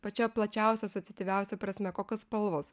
pačia plačiausia asociatyviausia prasme kokios spalvos